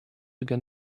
again